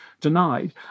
denied